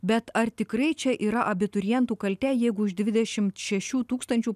bet ar tikrai čia yra abiturientų kaltė jeigu iš dvidešimt šešių tūkstančių